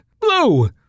Blue